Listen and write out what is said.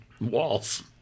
Walls